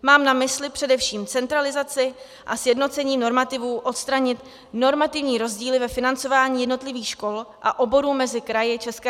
Mám na mysli především centralizaci a sjednocení normativů, odstranit normativní rozdíly ve financování jednotlivých škol a oborů mezi kraji ČR.